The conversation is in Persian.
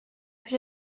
پیش